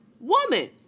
woman